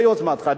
ביוזמתך,